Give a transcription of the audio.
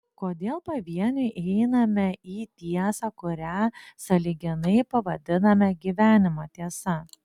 kodėl pavieniui einame į tiesą kurią sąlyginai pavadiname gyvenimo tiesa